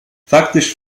faktisch